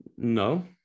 No